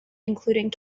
including